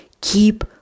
keep